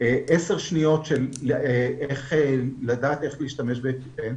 עשר שניות כדי לדעת איך להשתמש באפיפן,